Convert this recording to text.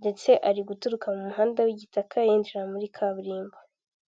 ndetse ari guturuka mu muhanda w'igitaka, yinjira muri kaburimbo.